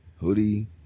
hoodie